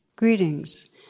Greetings